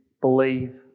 believe